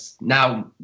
now